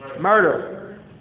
murder